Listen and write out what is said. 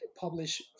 publish